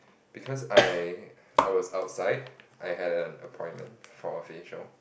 because I I was outside I had an appointment for facial